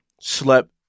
Slept